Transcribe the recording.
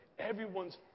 everyones